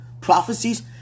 Prophecies